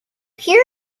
pure